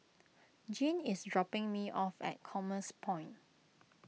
Jean is dropping me off at Commerce Point